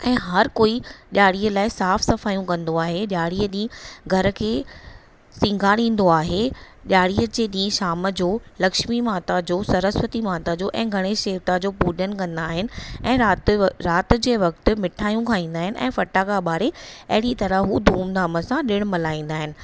ऐं हर कोई ॾियारीअ लाइ साफ़ सफ़ाइयूं कंदो आहे ॾियारीअ डींहं घर खे सिंगारींदो आहे ॾियारीअ जे ॾींहुं शाम जो लक्ष्मी माता जो सरस्वती माता जो ऐं गणेश देवता जो पूॼन कंदा आहिनि ऐं राति जे वक़्तु मिठाइयूं खाईंदा आहिनि ऐं फटाका बारे अहिड़ी तरह उहे धूम धाम सां ॾिण मल्हाईंदा आहिनि